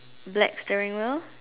black steering wheel